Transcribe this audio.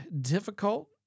difficult